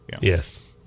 Yes